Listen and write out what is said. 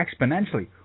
exponentially